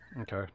Okay